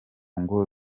ngo